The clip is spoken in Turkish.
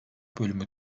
bölümü